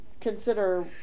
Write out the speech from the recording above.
consider